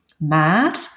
mad